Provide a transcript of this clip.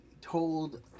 told